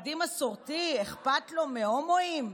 ספרדי מסורתי, אכפת לו מהומואים?